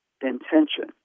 intention